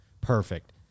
Perfect